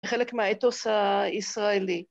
‫חלק מהאתוס הישראלי.